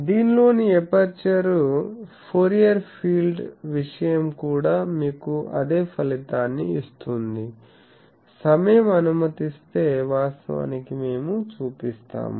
దీనిలోని aperture Fourier field విషయం కూడా మీకు అదే ఫలితాన్ని ఇస్తుంది సమయం అనుమతిస్తే వాస్తవానికి మేము చూపిస్తాము